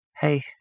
hey